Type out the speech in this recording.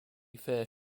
fair